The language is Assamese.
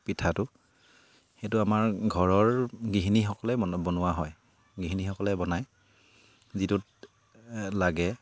পিঠাটো সেইটো আমাৰ ঘৰৰ গৃহিণীসকলে বনোৱা বনোৱা হয় গৃহিণীসকলে বনায় যিটোত লাগে